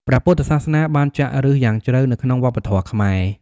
ព្រះពុទ្ធសាសនាបានចាក់ឫសយ៉ាងជ្រៅនៅក្នុងវប្បធម៌ខ្មែរ។